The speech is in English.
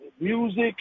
Music